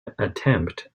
attempt